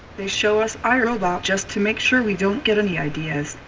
they show us i, robot, just to make sure we don't get any ideas.